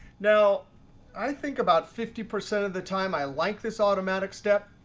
now i think about fifty percent of the time i like this automatic step,